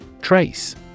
Trace